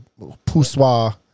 poussoir